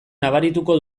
nabarituko